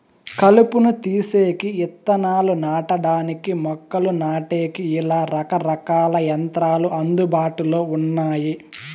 కలుపును తీసేకి, ఇత్తనాలు నాటడానికి, మొక్కలు నాటేకి, ఇలా రకరకాల యంత్రాలు అందుబాటులో ఉన్నాయి